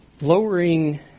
lowering